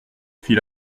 fit